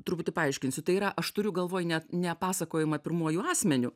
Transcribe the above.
truputį paaiškinsiu tai yra aš turiu galvoj ne ne pasakojimą pirmuoju asmeniu